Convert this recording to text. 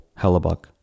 Hellebuck